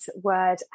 word